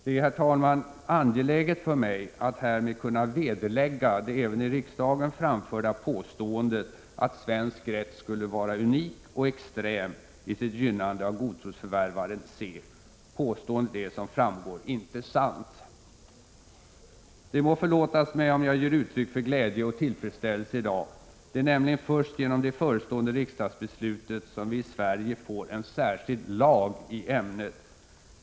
Det är, herr talman, angeläget för mig att härmed kunna vederlägga det även i riksdagen framförda påståendet att svensk rätt skulle vara unik och extrem i sitt gynnande av godtrosförvärvaren C. Påståendet är som framgår icke sant. Det må förlåtas mig om jag ger uttryck för glädje och tillfredsställelse i dag. Det är nämligen först genom det förestående riksdagsbeslutet som vi i Sverige får en särskild lag i ämnet.